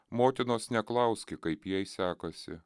motinos neklauski kaip jai sekasi